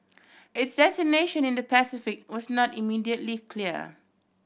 its destination in the Pacific was not immediately clear